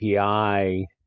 API